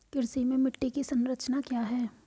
कृषि में मिट्टी की संरचना क्या है?